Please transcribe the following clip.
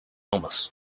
illness